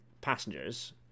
passengers